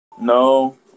No